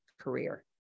career